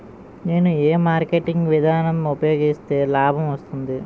నేను ఏ మార్కెటింగ్ విధానం ఉపయోగిస్తే లాభం వస్తుంది?